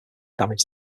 damage